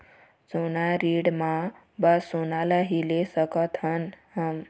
सोना ऋण मा बस सोना ला ही ले सकत हन हम?